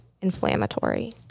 inflammatory